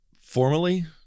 Formally